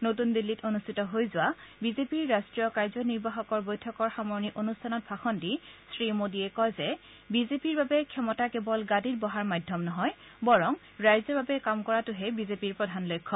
নতন দিল্লীত অনুষ্ঠিত বিজেপিৰ ৰাষ্টীয় কাৰ্যনিৰ্বাহকৰ বৈঠকৰ সামৰণি অনুষ্ঠানিত ভাষণ দি শ্ৰীমোদীয়ে কয় যে কেৱল বিজেপিৰ বাবে ক্ষমতা কেৱল গাদীত বহাৰ মাধ্যম নহয় বৰং ৰাইজৰ বাবে কাম কৰাটোহে বিজেপিৰ প্ৰধান লক্ষ্য